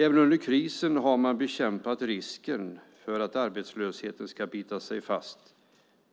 Även under krisen har man bekämpat risken för att arbetslösheten ska bita sig fast